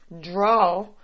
draw